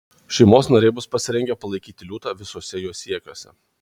šeimos nariai bus pasirengę palaikyti liūtą visuose jo siekiuose